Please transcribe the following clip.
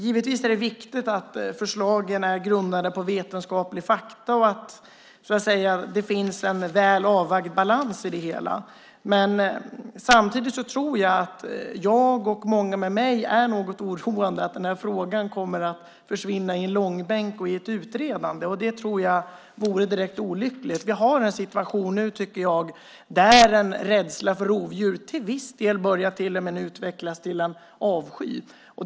Givetvis är det viktigt att förslagen är grundade på vetenskapliga fakta och att det finns en väl avvägd balans i det hela. Men samtidigt är jag och, tror jag, många med mig något oroade över att den här frågan kommer att försvinna i en långbänk och i ett utredande. Det tror jag vore direkt olyckligt. Vi har nu en situation, tycker jag, där en rädsla för rovdjur till en viss del till och med börjar utvecklas till en avsky.